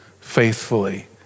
faithfully